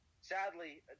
sadly